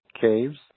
caves